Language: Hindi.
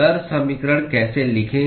दर समीकरण कैसे लिखें